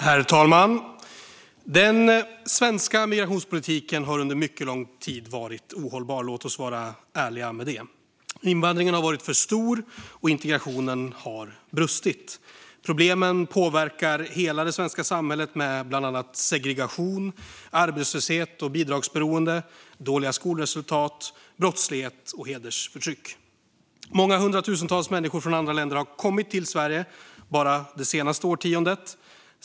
Herr talman! Den svenska migrationspolitiken har under mycket lång tid varit ohållbar; låt oss vara ärliga med det. Invandringen har varit för stor, och integrationen har brustit. Problemen påverkar hela det svenska samhället med bland annat segregation, arbetslöshet och bidragsberoende, dåliga skolresultat, brottslighet och hedersförtryck. Många hundratusentals människor från andra länder har kommit till Sverige bara det senaste årtiondet.